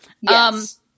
Yes